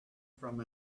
from